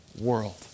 world